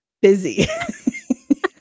Busy